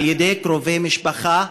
על ידי קרובי משפחה.